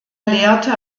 lehrte